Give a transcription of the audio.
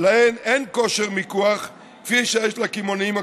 שאין להן כושר מיקוח כפי שיש לקמעונאים הגדולים.